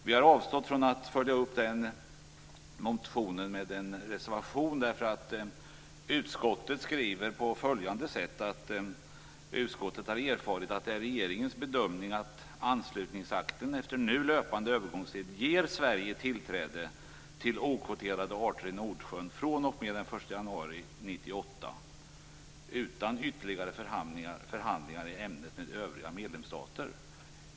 Vi har avstått från att följa upp den motionen med en reservation, därför att utskottet skriver att man har erfarit att det är regeringens bedömning att anslutningsakten efter nu löpande övergångstid ger Sverige tillträde till okvoterade arter i Nordsjön fr.o.m. den 1 januari 1998 utan ytterligare förhandlingar i ämnet med övriga medlemsstater.